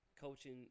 coaching